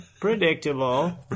predictable